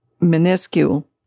minuscule